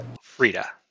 Frida